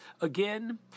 Again